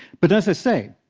but as i say,